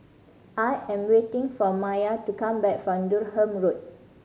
I am waiting for Maia to come back from Durham Road